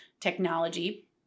technology